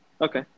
Okay